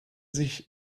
sich